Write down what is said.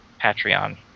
Patreon